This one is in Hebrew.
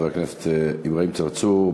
חברי הכנסת אברהים צרצור,